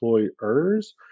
employers